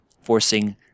forcing